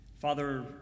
Father